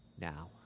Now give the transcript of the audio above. now